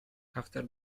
after